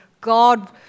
God